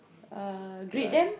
uh greet them